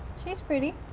she's pretty.